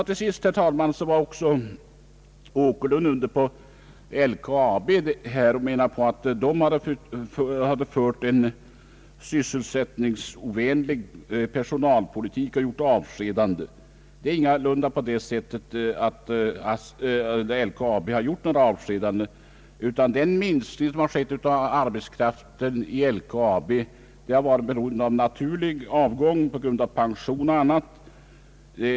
Till sist, herr talman, vill jag säga några ord om herr Åkerlunds påstående att LKAB fört en sysselsättningsovänlig personalpolitik och gjort avskedanden. Det är ingalunda på det sättet att LKAB har gjort några avskedanden, utan den minskning av arbetskraften vid LKAB som skett har berott på naturlig avgång på grund av pension och annat.